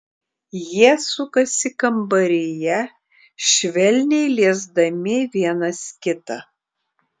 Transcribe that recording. jie sukasi kambaryje švelniai liesdami vienas kitą